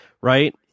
Right